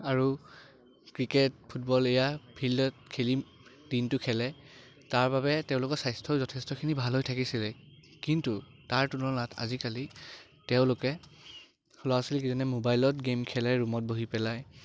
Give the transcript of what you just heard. আৰু cricket football এয়া ফিল্ডত খেলি দিনটো খেলে তাৰবাবে তেওঁলোকৰ স্বাস্থ্যও যথেষ্টখিনি ভাল হৈ থাকিছিলে কিন্তু তাৰ তুলনাত আজিকালি তেওঁলোকে ল'ৰা ছোৱালীক মোবাইলত গেম খেলে ৰুমত বহি পেলাই